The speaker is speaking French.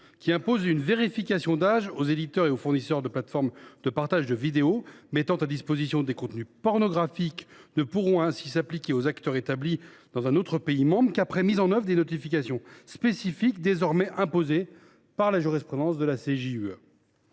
qui imposent une vérification d’âge aux éditeurs et aux fournisseurs de plateformes de partage de vidéos mettant à disposition des contenus pornographiques, ne pourront ainsi s’appliquer aux acteurs établis dans un autre pays membre qu’après mise en œuvre des notifications spécifiques imposées par la jurisprudence de la CJUE.